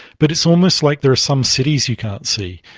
but it's almost like there are some cities you can't see.